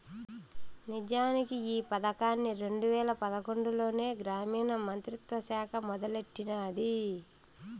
నిజానికి ఈ పదకాన్ని రెండు వేల పదకొండులోనే గ్రామీణ మంత్రిత్వ శాఖ మొదలెట్టినాది